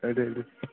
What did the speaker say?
ओ दे दे